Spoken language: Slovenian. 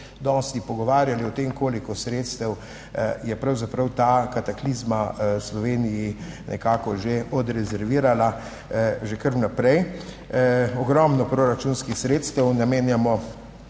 dosti pogovarjali o tem, koliko sredstev je pravzaprav ta kataklizma Sloveniji nekako že odrezervirala že kar vnaprej. Ogromno proračunskih sredstev namenjamo